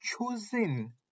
chosen